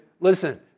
listen